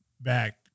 back